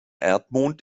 erdmond